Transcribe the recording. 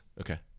Okay